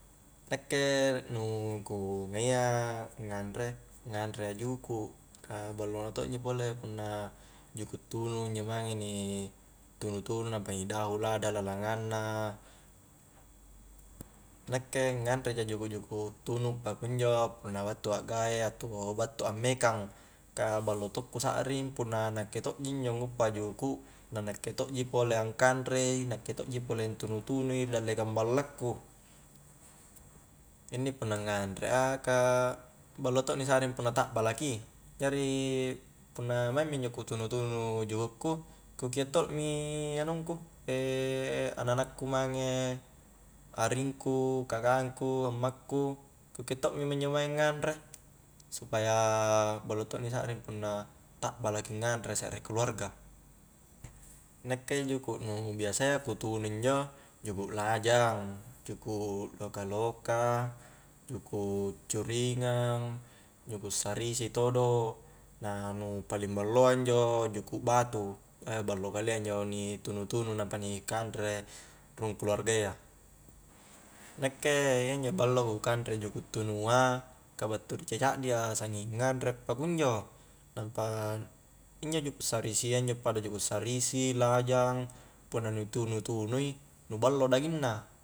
Nakke nu ku ngai a nganre nganre a juku' ka ballo na to' injo pole punna juku' tunu injo mange ni tunu'-tunu' nampa ni dahu lada lalangang na nakke, nganre ja juku'-juku' tunu pakunjo punna battua gae' atau battua mekang ka ballo to ku sakring punna nakke to'ji injo nguppa juku' na nakke to'ji pole angkanre i, nkkae to'ji pole antunu-tunu i ri diallekang balla ku inni punna nganre a ka ballo to ni sakring punna tabbala ki jari punna maing mi injo ku tunu-tunu juku' ku ku keo tommi anungku, anak-anakku mange aringku, kakangku, ammaku, ku keo tokmi mae injo nganre supaya ballo to' ni sakring punnaa takbala ki nganre sekre keluarga nakke juku' nu biasayya ku tunu injo juku' lajang, juku' loka-loka, juku' coringang juku' sarisi todo' na nu paling balloa injo juku batu, ballo kalia intu ni tunu-tunu nampa ni kanre rung kluarga iya nakke iya injo ballo ku kanre juku' tunua ka battu ri ca'caddi ja sanging nganre pakunjo, nampa injo juku sarisia injo pada juku sarisi, lajang, punnaa nu tunu-tunui nu ballo daging na